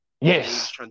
yes